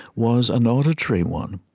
was an auditory one.